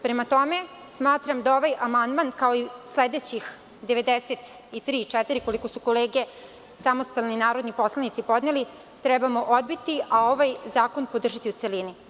Prema tome, smatram da ovaj amandman kao i sledećih 93-94 koliko su kolege samostalni narodni poslanici podneli, trebamo odbiti a ovaj zakon podržati u celini.